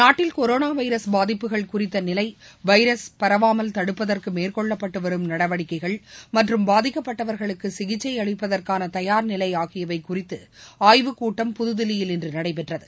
நாட்டில் corona virus பாதிப்புகள் குறித்த நிலை வைரஸ் பரவாமல் தடுப்பதற்கு மேற்கொள்ளப்பட்டு வரும் நடவடிக்கைகள் மற்றும் பாதிக்கப்பட்டவர்களுக்கு சிகிச்சை அளிப்பதற்காள தயார் நிலை ஆகியவை குறித்து ஆய்வுக் கூட்டம் புதுதில்லியில் இன்று நடைபெற்றது